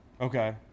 Okay